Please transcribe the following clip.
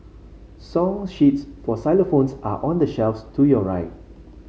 song sheets for xylophones are on the shelf to your right